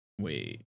wait